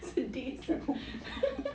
sedih sia